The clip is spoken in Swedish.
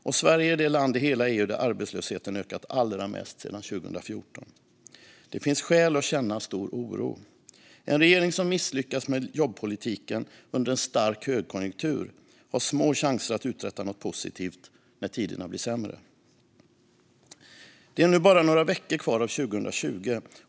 Och Sverige är det land i hela EU där arbetslösheten har ökat allra mest sedan 2014. Det finns skäl att känna stor oro. En regering som misslyckats med jobbpolitiken under en stark högkonjunktur har små chanser att uträtta något positivt när tiderna blir sämre. Det är nu bara några veckor kvar av 2020.